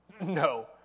No